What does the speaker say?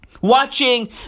Watching